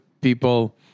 people